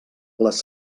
les